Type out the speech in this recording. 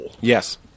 Yes